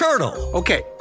Okay